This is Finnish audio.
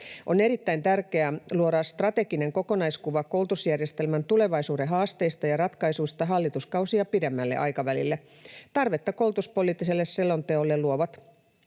On erittäin tärkeää luoda strateginen kokonaiskuva koulutusjärjestelmän tulevaisuuden haasteista ja ratkaisuista hallituskausia pidemmälle aikavälille. Tarvetta koulutuspoliittiselle selonteolle luovat